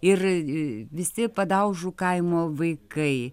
ir visi padaužų kaimo vaikai